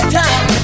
time